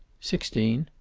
sixteen.